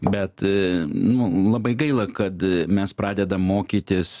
bet nu labai gaila kad mes pradedam mokytis